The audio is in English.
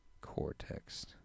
Cortex